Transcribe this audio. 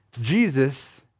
Jesus